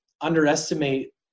underestimate